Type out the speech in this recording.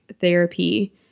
therapy